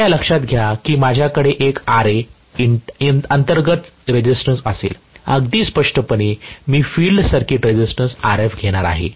कृपया लक्षात घ्या की माझ्याकडे एक Ra अंतर्गत रेझिस्टन्स असेल अगदी स्पष्टपणे मी फिल्ड सर्किट रेझिस्टन्स Rf घेणार आहे